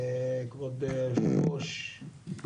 כבוד היושב-ראש,